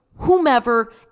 Whomever